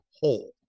whole